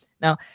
Now